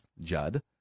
Judd